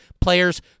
players